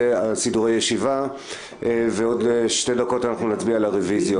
סידורי הישיבה ובעוד שתי דקות נצביע על הרביזיות.